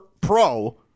pro